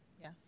Yes